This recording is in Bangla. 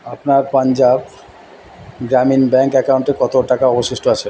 আপনার পাঞ্জাব গ্রামীণ ব্যাঙ্ক অ্যাকাউন্টে কত টাকা অবশিষ্ট আছে